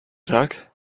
tag